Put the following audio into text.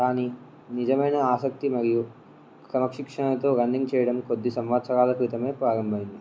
కానీ నిజమైన ఆసక్తి మరియు క్రమశిక్షణతో రన్నింగ్ చేయడం కొద్ది సంవత్సరాల క్రితం ప్రారంభ అయ్యింది